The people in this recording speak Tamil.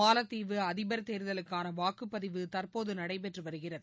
மாலத்தீவு அதிபா் தேர்தலுக்கான வாக்குப்பதிவு தாற்போது நடைபெற்று வருகிறது